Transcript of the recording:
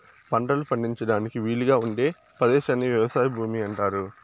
పంటలు పండించడానికి వీలుగా ఉండే పదేశాన్ని వ్యవసాయ భూమి అంటారు